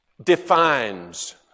defines